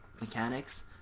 mechanics